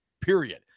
period